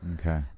Okay